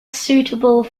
suitable